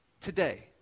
today